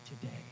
today